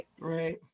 Right